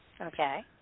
Okay